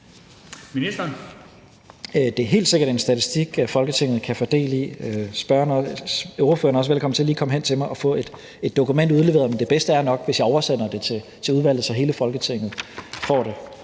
Det er helt sikkert en statistik, Folketinget kan få del i. Ordføreren er også velkommen til lige at komme hen til mig og få et dokument udleveret, men det bedste er nok, hvis jeg oversender det til udvalget, så hele Folketinget får det.